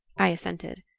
i assented.